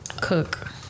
cook